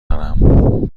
دارم